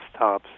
desktops